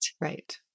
Right